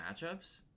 matchups